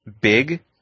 big